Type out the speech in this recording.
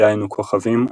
דהיינו כוכבים,